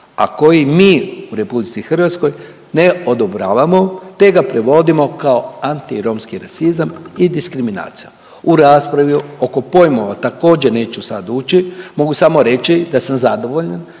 a koji mi u Republici Hrvatskoj ne odobravamo te ga provodimo kao anti romski rasizam i diskriminacija. U raspravi oko pojmova također neću sad ući. Mogu samo reći da sam zadovoljan